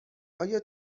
آیا